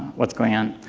what's going on.